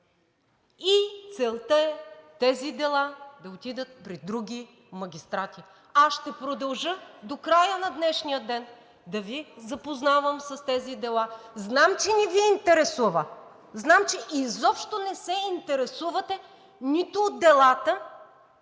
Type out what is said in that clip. Целта е тези дела да отидат при други магистрати. Ще продължа до края на днешния ден да Ви запознавам с тези дела. Знам, че не Ви интересува. Знам, че изобщо не се интересувате нито от делата,